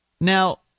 Now